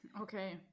Okay